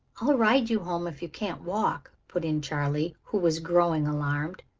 i'll ride you home if you can't walk, put in charley, who was growing alarmed.